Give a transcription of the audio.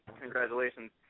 congratulations